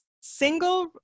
single